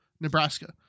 Nebraska